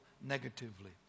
negatively